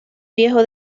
viejo